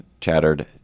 chattered